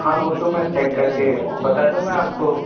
हाँ वह तो मैं चेक करके बता दूँगा आपको